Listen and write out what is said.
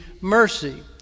mercy